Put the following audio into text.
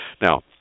Now